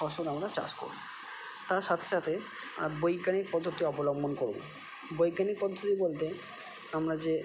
ফসল আমরা চাষ করি তার সাথে সাথে বৈজ্ঞানিক পদ্ধতি অবলম্বন করুন বৈজ্ঞানিক পদ্ধতি বলতে আমরা যে